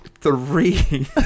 three